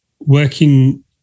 working